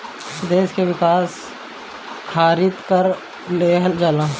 देस के विकास खारित कर लेहल जाला